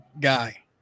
guy